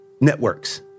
networks